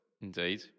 Indeed